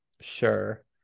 Sure